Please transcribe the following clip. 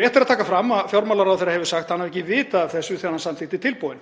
Rétt er að taka fram að fjármálaráðherra hefur sagt hann hafi ekki vitað af þessu þegar hann samþykkti tilboðin.